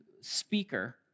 speaker